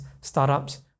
startups